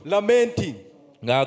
Lamenting